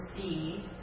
see